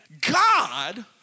god